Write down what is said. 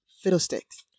Fiddlesticks